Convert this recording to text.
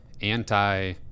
anti-